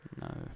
No